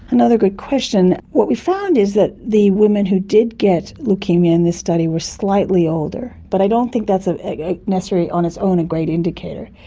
another good question. what we found is that the women who did get leukaemia in this study were slightly older, but i don't think that's ah necessarily on its own a great indicator.